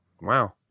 Wow